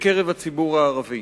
בקרב הציבור הערבי.